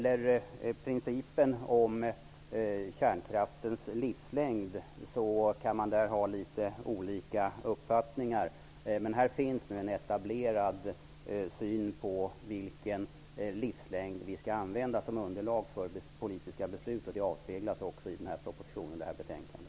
Principen om kärnkraftens livslängd kan man ha litet olika uppfattningar om. Men här finns nu en etablerad syn på vilken livslängd vi skall använda som underlag för politiska beslut. Det avspeglas också i den här propositionen och i betänkandet.